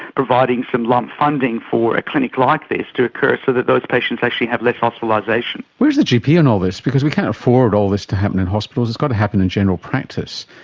providing some lump funding for a clinic like this to occur so that those patients actually have less hospitalisation. where is the gp in all this, because we can't afford all this to happen in hospitals, it's got to happen in general practice,